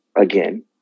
again